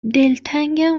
دلتنگم